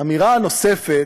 האמירה הנוספת,